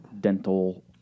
dental